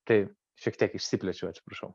tai šiek tiek išsiplėčiau atsiprašau